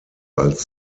als